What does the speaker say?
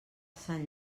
sant